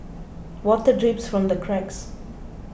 water drips from the cracks